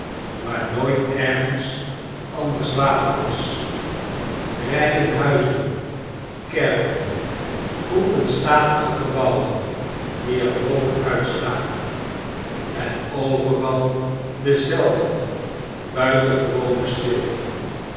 waar nooit ergens anders water was rijen huizen kerken groepen statige gebouwen die er boven uitstaken en overal dezelfde buitengewone stilte